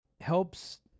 helps